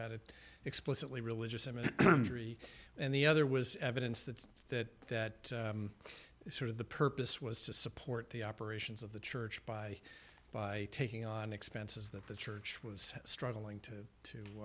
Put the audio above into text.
had it explicitly religious am an injury and the other was evidence that that that sort of the purpose was to support the operations of the church by by taking on expenses that the church was struggling to to